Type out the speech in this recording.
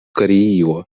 koreio